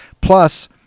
Plus